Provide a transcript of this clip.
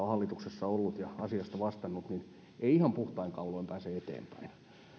hallituksessa ollut ja asiasta vastannut ei ihan puhtain kauloin pääse eteenpäin